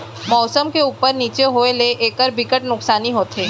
मउसम के उप्पर नीचे होए ले एखर बिकट नुकसानी होथे